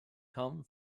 come